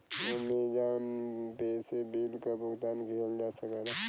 Amazon pay से bill क भुगतान किहल जा सकला